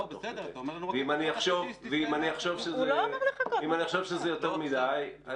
אם אחשוב שזה יותר מדי,